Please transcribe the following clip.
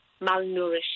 malnourished